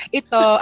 ito